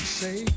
say